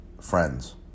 Friends